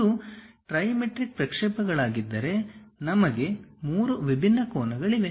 ಇದು ಟ್ರಿಮೆಟ್ರಿಕ್ ಪ್ರಕ್ಷೇಪಗಳಾಗಿದ್ದರೆ ನಮಗೆ ಮೂರು ವಿಭಿನ್ನ ಕೋನಗಳಿವೆ